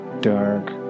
dark